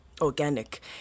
organic